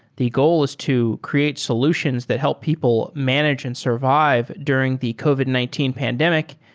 the goal is to create solutions that help people manage and survive during the covid nineteen pandemic,